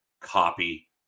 copy